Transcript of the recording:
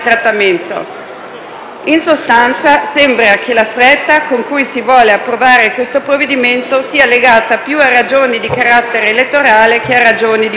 In sostanza, sembra che la fretta con cui si vuole approvare questo provvedimento sia legata più a ragioni di carattere elettorale che a ragioni di buonsenso.